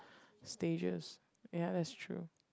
stages ya that is true